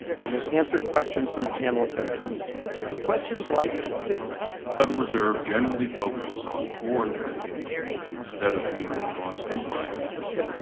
and they answer questions from the panel of fed economists questions like this the federal reserve generally focuses on core inflation instead of mainly on headline inflation.